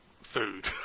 food